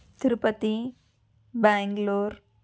Tirupati Bengaluru